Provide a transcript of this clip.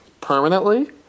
Permanently